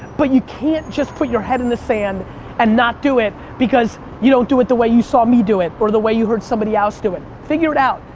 but you can't just put your head in the sand and not do it, because you don't do it the way you saw me do it or the way you heard somebody else do it. figure it out.